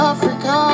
Africa